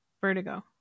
vertigo